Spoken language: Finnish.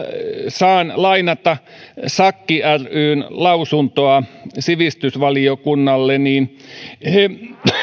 saan lainata esimerkiksi sakki ryn lausuntoa sivistysvaliokunnalle niin he